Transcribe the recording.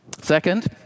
Second